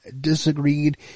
disagreed